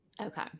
Okay